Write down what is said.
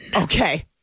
Okay